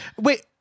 wait